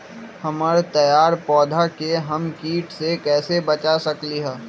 हमर तैयार पौधा के हम किट से कैसे बचा सकलि ह?